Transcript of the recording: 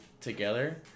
together